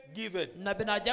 given